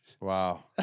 Wow